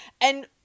And-